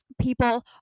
people